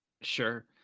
Sure